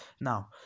Now